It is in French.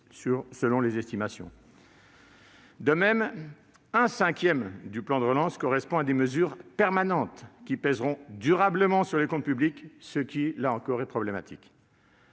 selon les estimations. De même, un cinquième du plan de relance correspond à des mesures permanentes qui pèseront durablement sur les comptes publics, ce qui, là encore, est problématique.